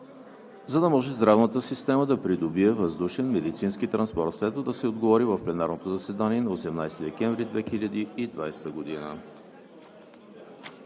за да може здравната система да придобие въздушен медицински транспорт. Следва да се отговори в пленарното заседание на 18 декември 2020 г.